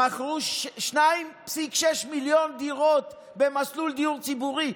מכרו 2.6 מיליון דירות במסלול דיור ציבורי.